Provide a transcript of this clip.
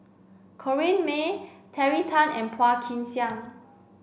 Corrinne May Terry Tan and Phua Kin Siang